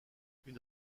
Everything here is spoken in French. une